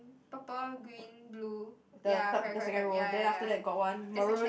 purple green blue ya correct correct correct ya ya ya there's a cat